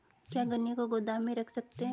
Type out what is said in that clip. क्या गन्ने को गोदाम में रख सकते हैं?